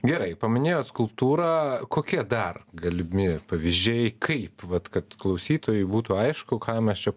gerai paminėjot kultūrą kokie dar galimi pavyzdžiai kaip vat kad klausytojui būtų aišku ką mes čia